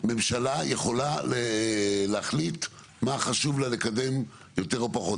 ממשלה יכול להחליט מה חשוב לה לקדם יותר או פחות.